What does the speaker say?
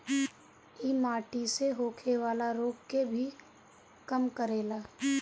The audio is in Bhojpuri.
इ माटी से होखेवाला रोग के भी कम करेला